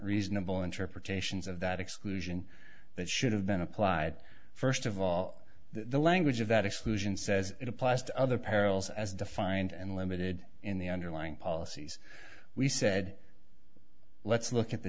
reasonable interpretations of that exclusion that should have been applied first of all the language of that exclusion says it applies to other perils as defined and limited in the underlying policies we said let's look at the